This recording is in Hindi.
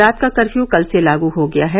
रात का कर्फ्यू कल से लागू हो गया है